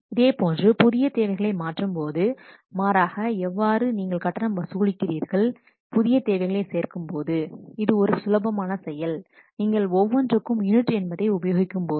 இதேபோன்று புதிய தேவைகளை மாற்றும்போது மாறாக எவ்வாறு நீங்கள் கட்டணம் வசூலிக்கிறார்கள் புதிய தேவைகளை சேர்க்கும்போது இது ஒரு சுலபமான செயல் நீங்கள் ஒவ்வொன்றுக்கும் யூனிட் என்பதை உபயோகிக்கும்போது